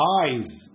eyes